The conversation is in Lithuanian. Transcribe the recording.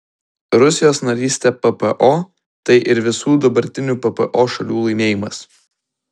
rusijos narystė ppo tai ir visų dabartinių ppo šalių laimėjimas